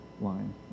line